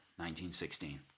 1916